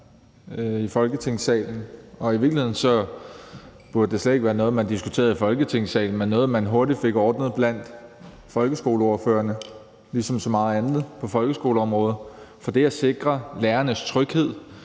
i Folketingssalen, og i virkeligheden burde det slet ikke være noget, man diskuterede i Folketingssalen, men noget, man hurtigt fik ordnet blandt folkeskoleordførerne, ligesom så meget andet på folkeskoleområdet. For det at sikre lærernes tryghed,